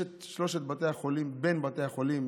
יש את שלושת בתי החולים בין בתי החולים